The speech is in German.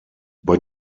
bei